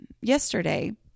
yesterday